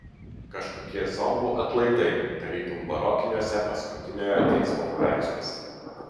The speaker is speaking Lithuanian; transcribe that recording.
kažkokie zombių atlaidai tarytum barokiniuose paskutiniojo teismo paveiksluose